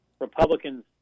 Republicans